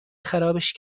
خرابش